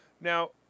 Now